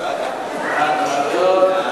סעיפים 1 2 נתקבלו.